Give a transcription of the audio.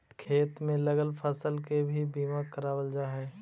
खेत में लगल फसल के भी बीमा करावाल जा हई